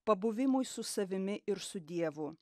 pabuvimui su savimi ir su dievu